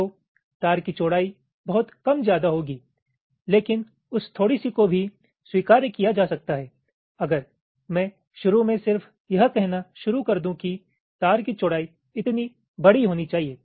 तो तार की चौड़ाई थोड़ी बहुत कम ज्यादा होगी लेकिन उस थोड़ी सी को भी स्वीकार्य किया जा सकता है अगर मैं शुरू में सिर्फ यह कहना शुरू कर दूं कि तार की चौड़ाई इतनी बड़ी होनी चाहिए